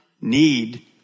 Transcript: Need